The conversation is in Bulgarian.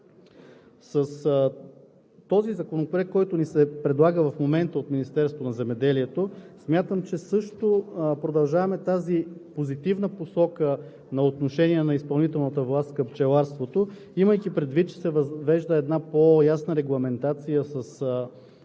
Със Законопроекта, който ни се предлага в момента от Министерството на земеделието, смятам, че също продължаваме тази позитивна посока на отношение на изпълнителната власт към пчеларството, имайки предвид че се въвежда една по-ясна регламентация със